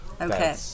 Okay